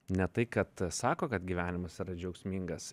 ne tai kad sako kad gyvenimas yra džiaugsmingas